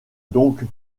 donc